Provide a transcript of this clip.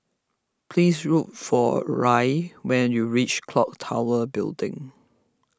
please look for Rae when you reach Clock Tower Building